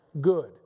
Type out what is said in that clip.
good